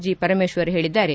J Parameshwar ಹೇಳಿದ್ದಾರೆ